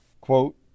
quote